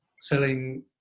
selling